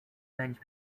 bench